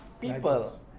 People